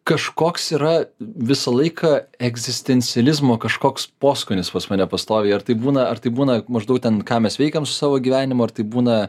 kažkoks yra visą laiką egzistencializmo kažkoks poskunis pas mane pastoviai ar tai būna ar tai būna maždaug ten ką mes veikėm su savo gyvenimu ir tai būna